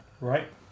Right